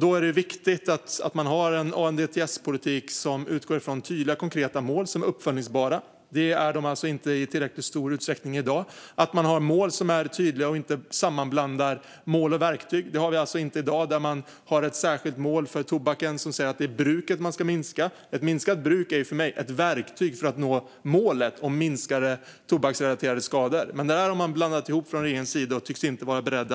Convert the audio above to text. Då är det viktigt att man har en ANDTS-politik som utgår från tydliga, konkreta mål som är uppföljbara - det är de inte i tillräckligt stor utsträckning i dag. Att ha mål som är tydliga och inte sammanblanda mål och verktyg är viktigt. Så är det inte i dag. Man har ett särskilt mål för tobaken som säger att det är bruket som ska minska, men ett minskat bruk är för mig ett verktyg för att nå målet och minska tobaksrelaterade skador. Där har man blandat ihop det från regeringens sida, och man tycks inte vara beredd